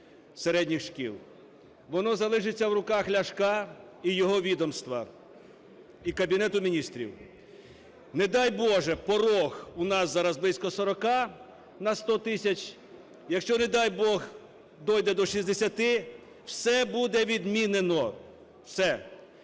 середніх шкіл. Воно залишиться в руках Ляшка і його відомства, і Кабінету Міністрів. Не дай Боже, порог, у нас зараз близько 40 на 100 тисяч, якщо, не дай Бог, дійде до 60, все буде відмінено. Все.